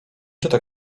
czyta